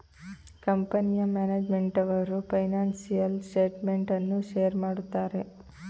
ಕಂಪನಿಯ ಮ್ಯಾನೇಜ್ಮೆಂಟ್ನವರು financial statement ಅನ್ನು ಶೇರ್ ಮಾಡುತ್ತಾರೆ